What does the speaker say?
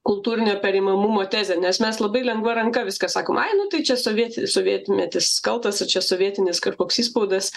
kultūrinio perimamumo tezę nes mes labai lengva ranka viską sakom ai nu tai čia sovieti sovietmetis kaltas ir čia sovietinis kažkoks įspaudas